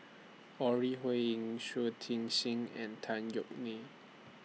Ore Huiying Shui Tit Sing and Tan Yeok Nee